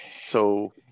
So-